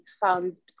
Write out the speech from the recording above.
found